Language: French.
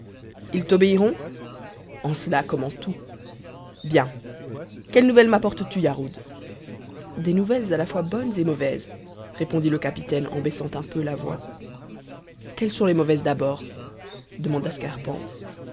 ils t'obéiront en cela comme en tout bien quelles nouvelles mapportes tu yarhud des nouvelles à la fois bonnes et mauvaises répondit le capitaine en baissant un peu la voix quelles sont les mauvaises d'abord demanda scarpante